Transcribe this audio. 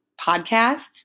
podcasts